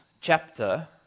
chapter